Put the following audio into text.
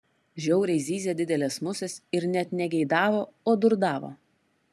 žiauriai zyzė didelės musės ir net ne geidavo o durdavo